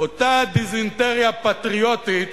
אותה דיזנטריה פטריוטית,